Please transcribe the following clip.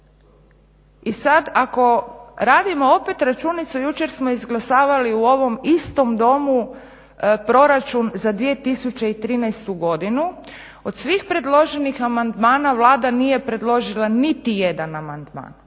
i sad ako radimo opet računicu, jučer smo izglasali u ovom istom Domu proračun za 2013. godinu, od svih predloženih amandmana Vlada nije predložila niti jedan amandman.